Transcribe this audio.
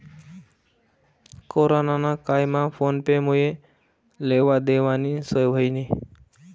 corona ना कायमा phone पे मुये लेवा देवानी सोय व्हयनी